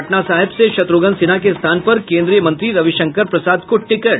पटना साहिब से शत्रुघ्न सिन्हा के स्थान पर केन्द्रीय मंत्री रविशंकर प्रसाद को टिकट